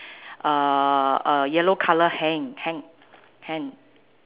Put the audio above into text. uh uh yellow colour hang hang hand